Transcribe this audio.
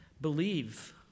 believe